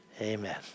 Amen